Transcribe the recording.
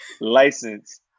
license